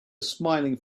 smiling